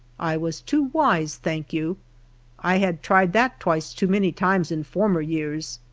i was too wise, thank you i had tried that twice too many times in former years.